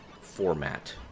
format